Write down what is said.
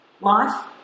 Life